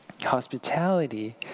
Hospitality